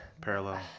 parallel